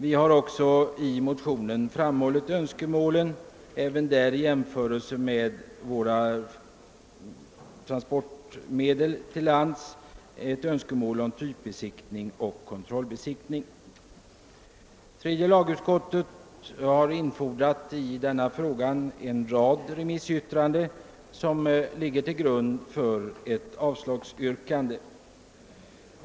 I motionen har vi också framfört önskemål om typbesiktning och kontrollbesiktning och även härvidlag gjort jämförelser med bestämmelserna för landtrafiken. Tredje lagutskottet har infordrat en rad remissyttranden som ligger till grund för ett avslagsyrkande.